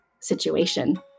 situation